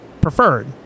preferred